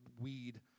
weed